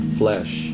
flesh